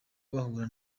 bahura